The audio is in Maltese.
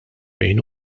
fejn